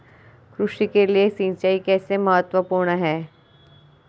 कृषि के लिए सिंचाई कैसे महत्वपूर्ण है?